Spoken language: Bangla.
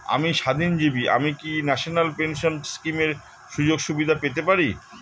আমি স্বাধীনজীবী আমি কি ন্যাশনাল পেনশন স্কিমের সুযোগ সুবিধা পেতে পারি?